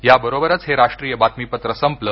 या बरोबरच हे राष्ट्रीय बातमीपत्र संपलं